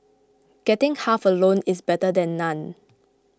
getting half a loaf is better than none